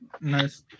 Nice